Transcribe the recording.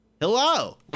Hello